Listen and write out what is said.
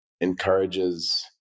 encourages